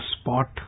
spot